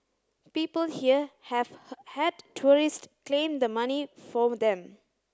people here have had tourist claim the money for them